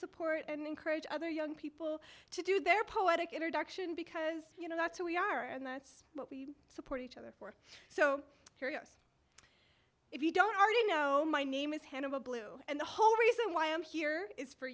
support and encourage other young people to do their poetic introduction because you know that's who we are and that's what we support each other for so curious if you don't already know my name is head of a blue and the whole reason why i'm here is for